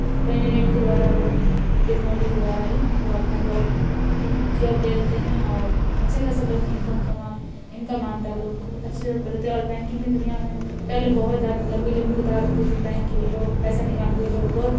تو انٹرنیٹ کے دوارا وہ ٹیکنالوجی کے دوارا ہی وہ اپنا جاب جاب لے لیتے ہیں اور اچھے خاصے لوگ انکم کما انکم آتا ہے لوگ کو اچھے جاب کر لیتے ہیں اور بینکنگ کی دنیا میں پہلے بہت زیادہ لمبی لمبی قطار ہوتی تھی بینک کے لیے لوگ پیسہ نکال کے لوگ بہت